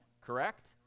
correct